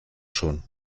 schon